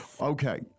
Okay